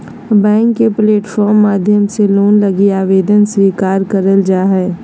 bank के platform माध्यम से लोन लगी आवेदन स्वीकार करल जा हय